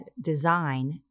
design